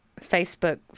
facebook